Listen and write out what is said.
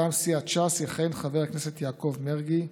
מטעם סיעת ש"ס יכהן חבר הכנסת יעקב מרגי,